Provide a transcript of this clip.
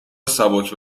سبک